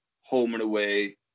home-and-away